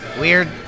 weird